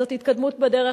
זאת התקדמות בדרך,